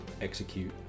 execute